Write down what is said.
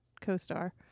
co-star